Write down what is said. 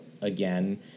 again